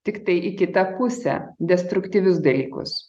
tiktai į kitą pusę destruktyvius dalykus